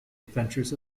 adventures